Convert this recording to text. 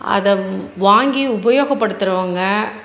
அதை வாங்கி உபயோகப்படுத்துகிறவுங்க